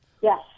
Yes